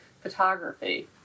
photography